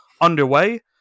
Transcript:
underway